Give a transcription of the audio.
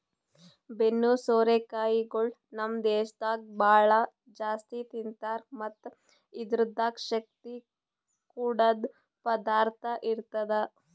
ಬೆನ್ನು ಸೋರೆ ಕಾಯಿಗೊಳ್ ನಮ್ ದೇಶದಾಗ್ ಭಾಳ ಜಾಸ್ತಿ ತಿಂತಾರ್ ಮತ್ತ್ ಇದುರ್ದಾಗ್ ಶಕ್ತಿ ಕೊಡದ್ ಪದಾರ್ಥ ಇರ್ತದ